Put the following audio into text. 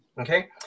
Okay